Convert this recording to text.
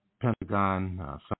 Pentagon